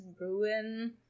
ruin